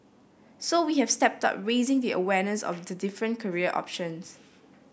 so we have stepped up raising the awareness of the different career options